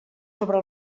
sobre